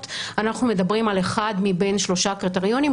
אנחנו מדברים על אחד מבין שלושה קריטריונים.